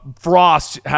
Frost